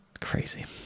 crazy